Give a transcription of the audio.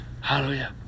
hallelujah